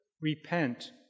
Repent